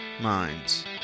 Minds